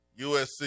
USC